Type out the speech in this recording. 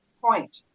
point